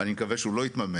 ואני מקווה שהוא לא יתממש.